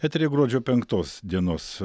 eteryje gruodžio penktos dienos